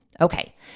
Okay